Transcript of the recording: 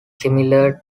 similar